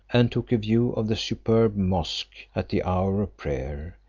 and took a view of the superb mosque at the hour of prayer,